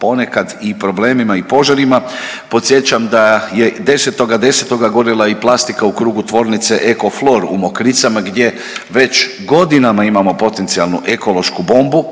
ponekad i problemima i požarima, podsjećam da je 10.10. gorila i plastika u krugu Tvornice EKO-FLOR u Mokricama gdje već godinama imamo potencijalnu ekološku bombu,